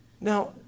Now